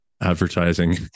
advertising